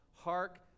Hark